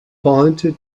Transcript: pointed